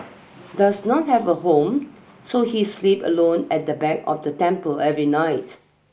does not have a home so he sleep alone at the back of the temple every night